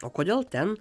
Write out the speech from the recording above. o kodėl ten